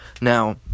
now